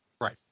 Right